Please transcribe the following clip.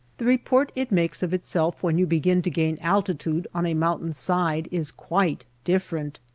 the report it makes of itself when you begin to gain altitude on a mountain's side is quite different.